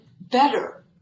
better